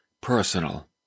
personal